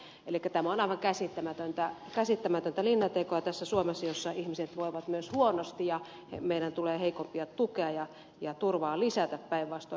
tämä on aivan käsittämätöntä linjantekoa tässä suomessa jossa ihmiset voivat myös huonosti ja meidän tulee heikompia tukea ja turvaa lisätä päinvastoin